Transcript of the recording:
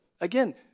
again